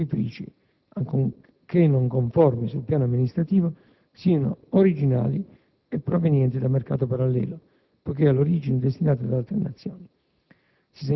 che i dentifrici, ancorché non conformi sul piano amministrativo, siano originali e provenienti da mercato parallelo poiché all'origine destinati ad altre nazioni.